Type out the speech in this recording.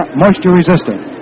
moisture-resistant